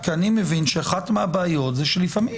מבין שאחת מהבעיות היא שלפעמים